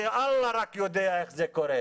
אללה רק יודע איך זה קורה.